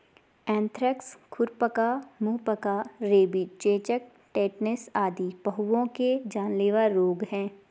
anthrax, खुरपका, मुहपका, rabies, चेचक, टेटनस आदि पहुओं के जानलेवा रोग हैं